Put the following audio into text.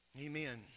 Amen